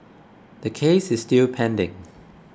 the case is still pending